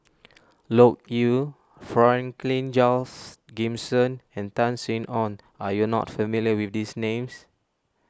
Loke Yew Franklin Charles Gimson and Tan Sin Aun are you not familiar with these names